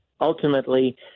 ultimately